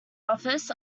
offices